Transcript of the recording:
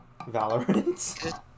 Valorant